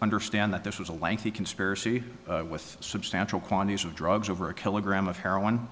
understand that this was a lengthy conspiracy with substantial quantities of drugs over a kilogram of heroin